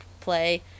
play